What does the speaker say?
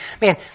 Man